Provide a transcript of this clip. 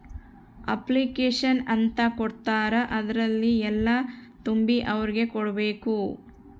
application ಅಂತ ಕೊಡ್ತಾರ ಅದ್ರಲ್ಲಿ ಎಲ್ಲ ತುಂಬಿ ಅವ್ರಿಗೆ ಕೊಡ್ಬೇಕು